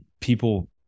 People